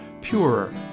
purer